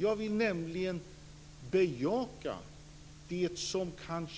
Jag vill nämligen bejaka det som kan